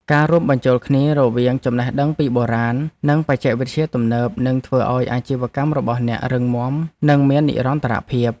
ការរួមបញ្ចូលគ្នារវាងចំណេះដឹងពីបុរាណ និងបច្ចេកវិទ្យាទំនើបនឹងធ្វើឱ្យអាជីវកម្មរបស់អ្នករឹងមាំនិងមាននិរន្តរភាព។